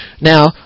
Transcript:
now